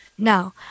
Now